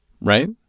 Right